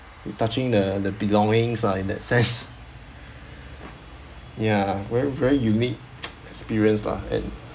you touching the the belongings lah in that sense ya very very unique experience lah and